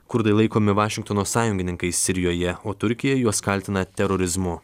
kurdai laikomi vašingtono sąjungininkais sirijoje o turkija juos kaltina terorizmu